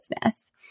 business